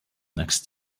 next